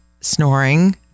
snoring